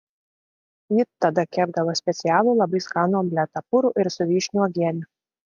ji tada kepdavo specialų labai skanų omletą purų ir su vyšnių uogiene